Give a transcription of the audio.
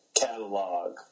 catalog